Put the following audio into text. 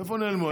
איפה נעלמו?